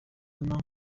nya